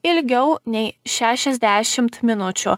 ilgiau nei šešiasdešimt minučių